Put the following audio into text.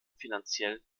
finanziell